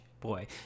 boy